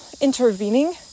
intervening